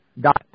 dot